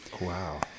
Wow